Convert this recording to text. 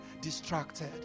distracted